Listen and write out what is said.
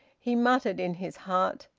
he muttered in his heart,